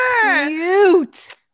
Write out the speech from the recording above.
cute